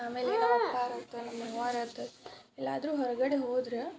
ಆಮೇಲೆ ಎಲ್ಲಾದರೂ ಹೊರಗಡೆ ಹೋದ್ರೆ